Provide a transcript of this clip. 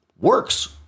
works